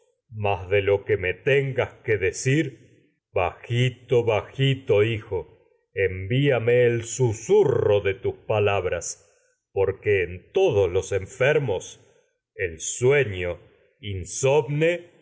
mas de lo que el me tengas que decir bajito bajito hijo envíame de tus susurro palabras porque en todos los enfer mos el sueño insomne